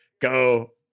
go